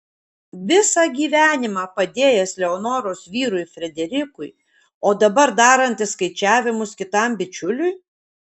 visą gyvenimą padėjęs leonoros vyrui frederikui o dabar darantis skaičiavimus kitam bičiuliui